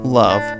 love